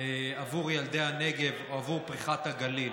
עבור ילדי הנגב או עבור פריחת הגליל,